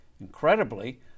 Incredibly